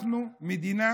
אנחנו מדינה